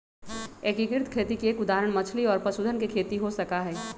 एकीकृत खेती के एक उदाहरण मछली और पशुधन के खेती हो सका हई